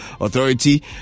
Authority